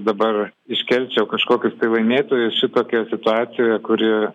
dabar iškelčiau kažkokius tai laimėtojus šitokioj situacijoje kuri